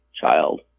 child